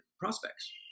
prospects